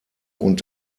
und